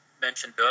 mentioned